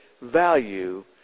value